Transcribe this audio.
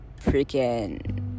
freaking